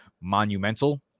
monumental